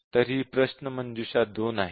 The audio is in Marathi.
तर ही प्रश्नमंजुषा 2 आहे